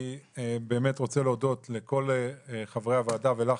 אני רוצה להודות לכל חברי הוועדה ולך,